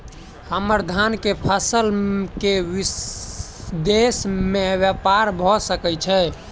हम्मर धान केँ फसल केँ विदेश मे ब्यपार भऽ सकै छै?